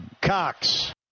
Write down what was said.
Cox